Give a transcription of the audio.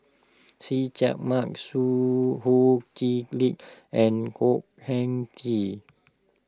See Chak Mun Su Ho Kee Lick and Khor Ean Ghee